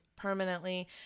permanently